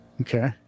Okay